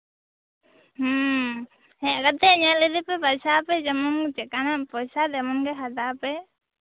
ᱦᱮᱸ ᱦᱮᱡ ᱠᱟᱛᱮᱫ ᱧᱮᱞ ᱤᱫᱤ ᱯᱮ ᱵᱟᱪᱷᱟᱣ ᱡᱮᱢᱚᱱ ᱪᱮᱫᱠᱟᱱᱟᱜ ᱯᱚᱭᱥᱟ ᱱᱚᱸᱰᱮ ᱦᱟᱛᱟᱣ ᱯᱮ